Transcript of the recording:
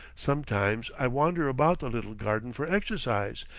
sometimes i wander about the little garden for exercise,